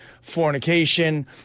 fornication